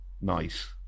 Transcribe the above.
nice